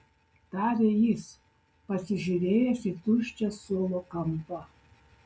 tarė jis pasižiūrėjęs į tuščią suolo kampą